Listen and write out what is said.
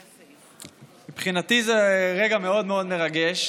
מבחינתי זה רגע מאוד מאוד מרגש.